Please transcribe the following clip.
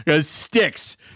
sticks